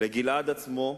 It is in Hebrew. לגלעד עצמו,